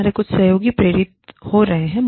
हमारे कुछ सहयोगी प्रेरित हो रहे हैं